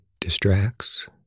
distracts